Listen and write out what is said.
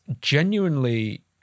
genuinely